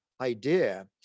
idea